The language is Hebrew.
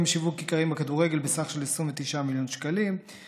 שיווק עיקרי עם הכדורגל בסך של 29 מיליון שקלים,